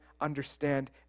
understand